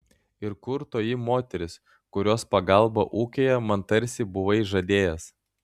ir kur toji moteris kurios pagalbą ūkyje man tarsi buvai žadėjęs